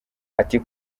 ati